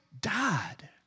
died